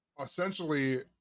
essentially